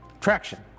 traction